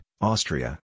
Austria